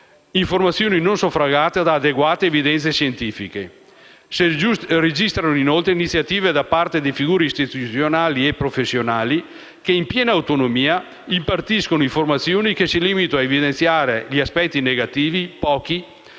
informazioni non suffragate da adeguate evidenze scientifiche. Si registrano inoltre iniziative da parte di figure istituzionali e professionali che in piena autonomia impartiscono informazioni che si limitano ad evidenziare aspetti negativi (pochi)